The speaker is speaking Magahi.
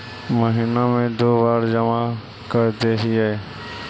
महिना मे दु बार जमा करदेहिय?